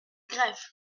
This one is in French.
greff